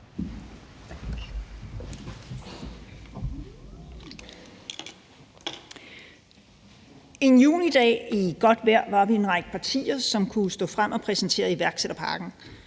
En junidag i godt vejr var vi en række partier, som kunne stå frem og præsentere iværksætterpakken,